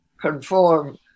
conform